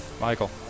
Michael